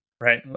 right